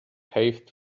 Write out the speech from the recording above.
paved